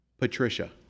Patricia